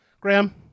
Graham